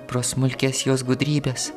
pro smulkias jos gudrybes